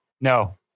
No